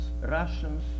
Russians